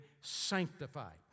sanctified